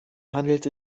handelt